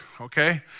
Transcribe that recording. okay